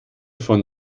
von